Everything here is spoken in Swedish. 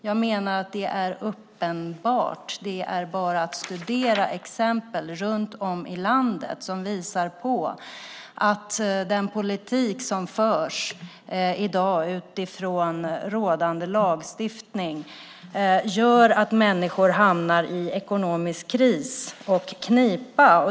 Jag menar att det är uppenbart. Det är bara att studera exempel runt om i landet som visar att den politik som förs i dag utifrån rådande lagstiftning gör att människor hamnar i ekonomisk kris och knipa.